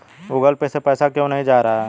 Google Pay से पैसा क्यों नहीं जा रहा है?